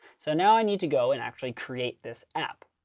so now i need to go and actually create this app.